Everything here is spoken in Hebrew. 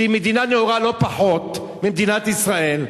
שהיא מדינה נאורה לא פחות ממדינת ישראל,